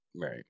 Right